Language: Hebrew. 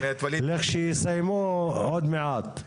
לכשיסיימו עוד מעט.